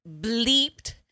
bleeped